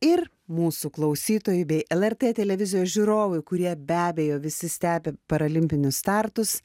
ir mūsų klausytojui bei lrt televizijos žiūrovui kurie be abejo visi stebi paralimpinius startus